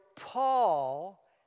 Paul